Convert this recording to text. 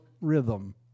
rhythm